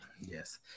Yes